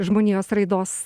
žmonijos raidos